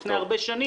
לפני הרבה שנים,